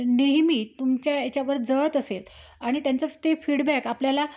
नेहमी तुमच्या याच्यावर जळत असेल आणि त्यांचं ते फीडबॅक आपल्याला